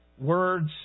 words